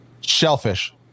shellfish